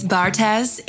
Bartez